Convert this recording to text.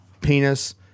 penis